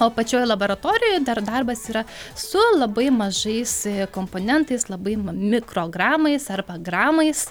o pačioj laboratorijoj dar darbas yra su labai mažais komponentais labai mikrogramais arba gramais